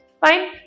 Fine